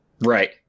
Right